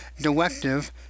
directive